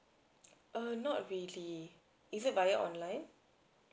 err not really is it via online